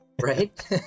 right